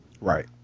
Right